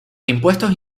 impuestos